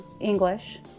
English